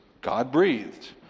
God-breathed